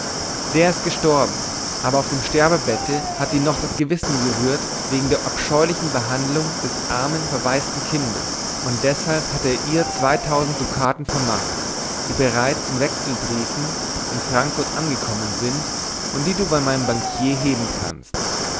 der ist gestorben aber auf dem sterbebette hatte ihn noch das gewissen gerührt wegen der abscheulichen behandlung des armen verwaisten kindes und deshalb hat er ihr zweitausend dukaten vermacht die bereits in wechselbriefen in frankfurt angekommen sind und die du bei meinem bankier heben kannst